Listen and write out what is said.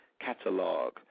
catalog